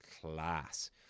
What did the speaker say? class